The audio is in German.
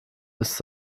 ist